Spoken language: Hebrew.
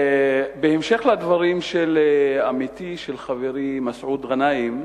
בהמשך הדברים של עמיתי חברי מסעוד גנאים,